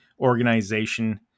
organization